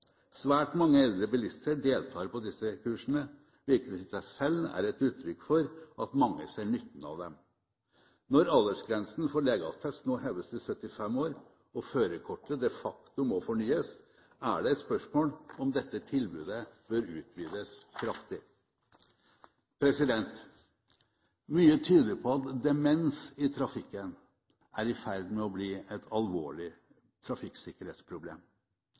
Svært mange eldre bilister deltar på disse kursene, hvilket i seg selv er et uttrykk for at mange ser nytten av dem. Når aldersgrensen for legeattest nå heves til 75 år og førerkortet de facto må fornyes, er det et spørsmål om dette tilbudet bør utvides kraftig. Mye tyder på at demens i trafikken er i ferd med å bli et alvorlig trafikksikkerhetsproblem.